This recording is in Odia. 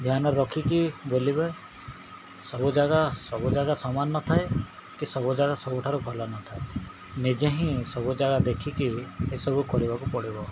ଧ୍ୟାନ ରଖିକି ବୋଲିବେ ସବୁ ଜାଗା ସବୁ ଜାଗା ସମାନ ନଥାଏ କି ସବୁ ଜାଗା ସବୁଠାରୁ ଭଲ ନଥାଏ ନିଜେ ହିଁ ସବୁ ଜାଗା ଦେଖିକି ଏସବୁ କରିବାକୁ ପଡ଼ିବ